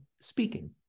speaking